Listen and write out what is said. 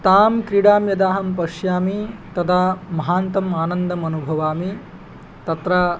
तां क्रीडां यदाहं पश्यामि तदा महान्तम् आनन्दम् अनुभवामि तत्र